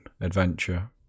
adventure